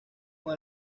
con